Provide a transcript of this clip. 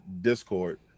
Discord